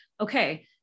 okay